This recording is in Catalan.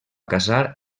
casar